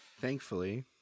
Thankfully